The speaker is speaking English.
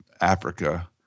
Africa